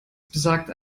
besagt